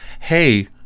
hey